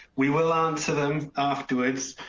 we will answer them afterwards.